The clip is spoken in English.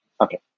Okay